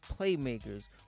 playmakers